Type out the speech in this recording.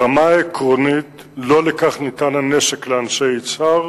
ברמה העקרונית, לא לכך ניתן הנשק לאנשי יצהר,